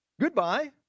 goodbye